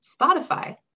Spotify